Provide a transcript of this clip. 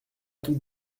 tout